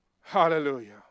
Hallelujah